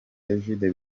egide